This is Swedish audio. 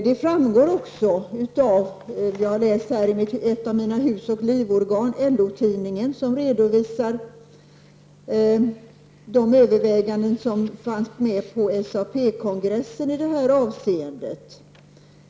Det framgår också av det vi har läst här i ett av mina hus och livorgan, LO-tidningen, som redovisar de överväganden som fanns med på SAP-kongressen i det avseendet.